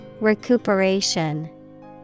Recuperation